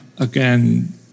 Again